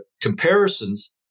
comparisons